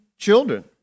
children